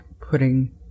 putting